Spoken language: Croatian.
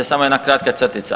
Samo jedna kratka crtica.